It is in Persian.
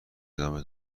دامه